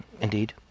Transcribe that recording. indeed